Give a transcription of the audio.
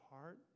heart